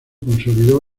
consolidó